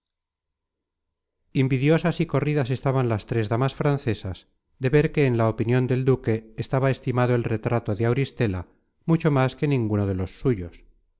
invidiosas y corridas estaban las tres damas francesas de ver que en la opinion del duque estaba estimado el retrato de auristela mucho más que ninguno de los suyos